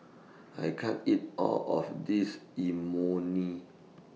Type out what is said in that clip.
I can't eat All of This Imoni